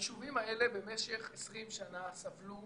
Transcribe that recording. היישובים האלה במשך 20 שנה סבלו